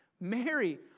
Mary